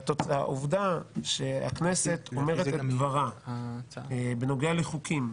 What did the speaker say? העובדה שהכנסת אומרת את דברה בנוגע לחוקים,